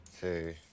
two